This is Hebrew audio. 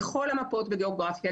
בכל המפות בגיאוגרפיה,